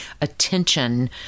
attention